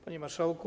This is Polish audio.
Panie Marszałku!